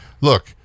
look